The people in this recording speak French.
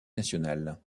nationale